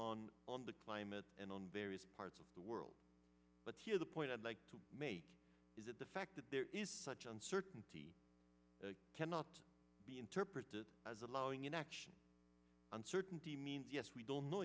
on on the climate and on various parts of the world but here the point i'd like to make is that the fact that there is such uncertainty cannot be interpreted as allowing inaction uncertainty means yes we don't know